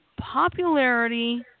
Popularity